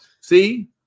See